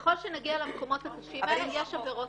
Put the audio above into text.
אם נגיע למקומות הקשים האלה, יש עבירות קיימות.